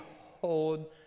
hold